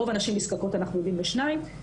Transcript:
רוב הנשים זקוקות לשני מחזורים.